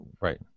Right